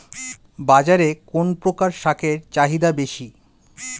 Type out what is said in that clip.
বাজারে কোন প্রকার শাকের চাহিদা বেশী?